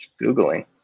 googling